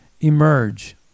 emerge